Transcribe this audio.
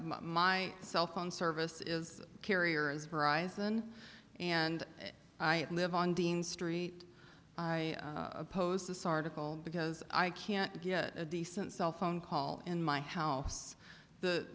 my cellphone service is carriers horizon and i live on dean street i opposed this article because i can't get a decent cell phone call in my house the